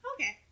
Okay